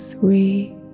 Sweet